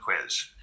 quiz